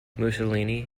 mussolini